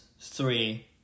three